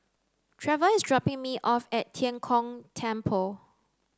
Treva is dropping me off at Tian Kong Temple